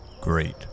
Great